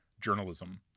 journalism